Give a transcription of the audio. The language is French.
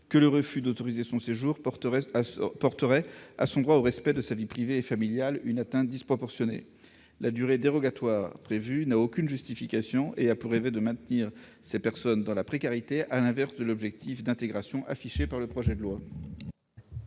que le refus d'autoriser leur séjour porterait à leur droit au respect de leur vie privée et familiale une atteinte disproportionnée. La durée dérogatoire prévue n'a aucune justification et a pour effet de maintenir ces personnes dans la précarité, au rebours de l'objectif d'intégration affiché par le Gouvernement.